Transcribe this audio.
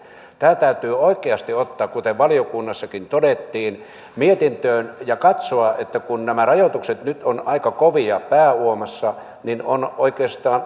tämä täytyy oikeasti ottaa kuten valiokunnassakin todettiin mietintöön ja katsoa että kun nämä rajoitukset nyt ovat aika kovia pääuomassa niin on oikeastaan